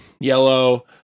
yellow